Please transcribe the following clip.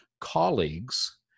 colleagues